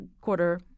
quarter